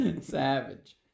savage